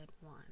one